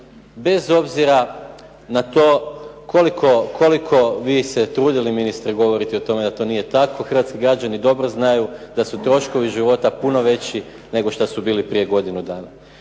bez obzira na to koliko vi se trudili ministre govoriti o tome da to nije tako, hrvatski građani dobro znaju da su troškovi života puno veći nego što su bili prije godinu dana.